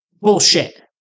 Bullshit